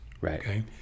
Right